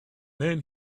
then